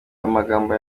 amagambo